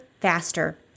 faster